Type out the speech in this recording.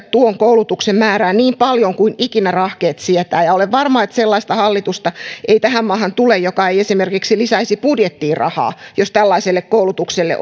tuon koulutuksen määrää niin paljon kuin ikinä rahkeet sietävät ja olen varma että sellaista hallitusta ei tähän maahan tule joka ei esimerkiksi lisäisi budjettiin rahaa jos tällaiselle koulutukselle